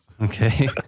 Okay